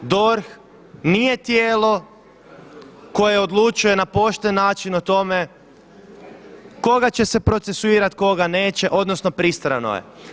DORH nije tijelo koje odlučuje na pošten način o tome koga će se procesuirati, koga neće, odnosno pristrano je.